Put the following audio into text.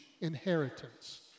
inheritance